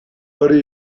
hori